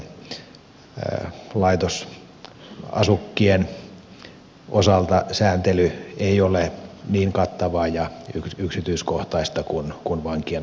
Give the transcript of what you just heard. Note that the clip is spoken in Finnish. minkään näiden laitosasukkien osalta sääntely ei ole niin kattavaa ja yksityiskohtaista kuin vankien osalta